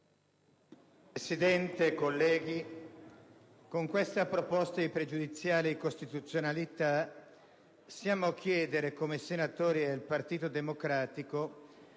Presidente, colleghi, con questa questione pregiudiziale di costituzionalità desideriamo chiedere, come senatori del Partito Democratico,